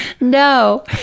No